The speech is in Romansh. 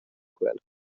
quel